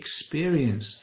experience